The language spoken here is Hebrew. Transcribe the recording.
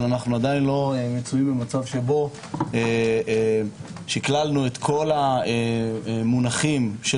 אבל אנחנו עדיין לא מצויים במצב שבו שקללנו את כל המונחים של